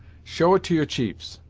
show it to your chiefs.